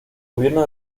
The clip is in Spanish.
gobierno